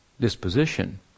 disposition